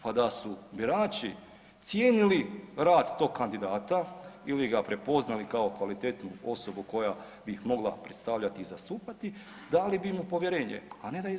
Pa da su birači cijenili rad tog kandidata ili ga prepoznali kao kvalitetnu osobu koja bi ih mogla predstavljati i zastupati, dali bi mu povjerenje, a ne da izgubi.